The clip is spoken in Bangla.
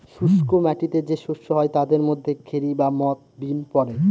শুস্ক মাটিতে যে শস্য হয় তাদের মধ্যে খেরি বা মথ, বিন পড়ে